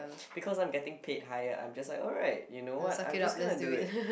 because I'm getting paid higher I'm just like alright you know what I'm just gonna do it